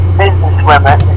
businesswomen